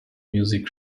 music